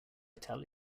tell